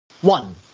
One